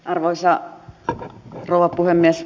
arvoisa rouva puhemies